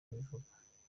abivuga